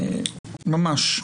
ממש.